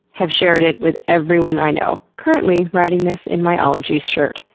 have shared it with everyone i know. currently writing this in my ologies shirt.